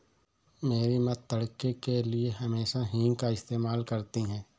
मेरी मां तड़के के लिए हमेशा हींग का इस्तेमाल करती हैं